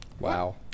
Wow